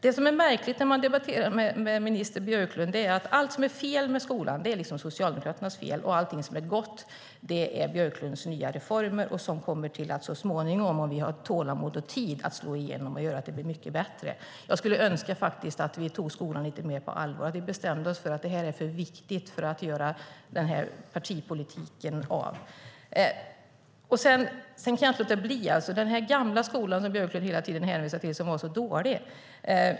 Det som är märkligt när man debatterar med minister Björklund är att allt som är fel med skolan är Socialdemokraternas fel och att allt som är gott beror på Björklunds nya reformer, som så småningom, om vi har tålamod och tid, kommer att slå igenom och göra att det blir mycket bättre. Jag skulle önska att vi tog skolan lite mer på allvar, att vi bestämde oss för att detta är för viktigt för att göra partipolitik av. Björklund hänvisar hela tiden till att den gamla skolan var så dålig.